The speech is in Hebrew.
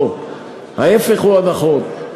לא, ההפך הוא הנכון.